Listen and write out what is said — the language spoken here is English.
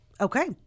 Okay